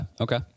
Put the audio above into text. Okay